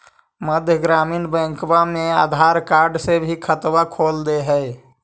मध्य ग्रामीण बैंकवा मे आधार कार्ड से भी खतवा खोल दे है?